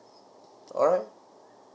alright